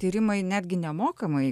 tyrimai netgi nemokamai